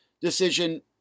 decision